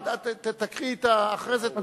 תקריאי ואחרי זה תוסיפי.